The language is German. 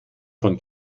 von